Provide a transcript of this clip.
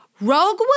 Rogue